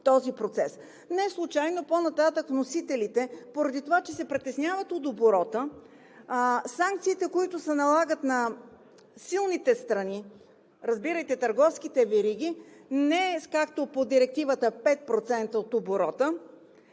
Неслучайно по-нататък вносителите се притесняват от оборота. Санкциите, които се налагат на силните страни – разбирайте търговските вериги, не са както по Директивата – 5% от оборота,